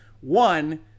One